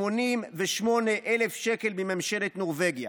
288,000 שקלים מממשלת נורבגיה,